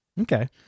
Okay